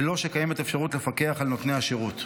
בלא שקיימת אפשרות לפקח על נותני השירות.